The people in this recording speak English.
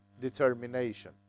determination